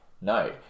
no